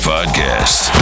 Podcast